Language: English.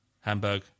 Hamburg